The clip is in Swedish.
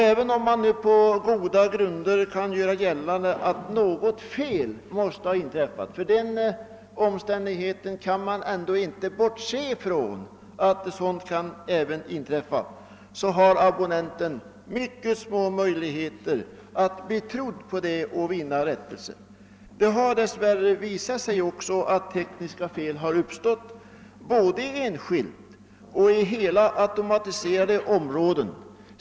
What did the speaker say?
Även om man på goda grunder kan göra gällande att något fel måste ha inträffat, ty man kan ändå inte bortse ifrån att sådant. kan inträffa, har abonnenten mycket små möjligheter att bli trodd och vinna rättelse. Det har dess värre också visat sig att tekniska fel uppstått både på enskilda apparater och i hela automatiserade områden.